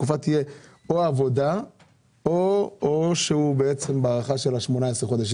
התקופה תהיה או עבודה או שהוא בהארכה של ה-18 חודשים,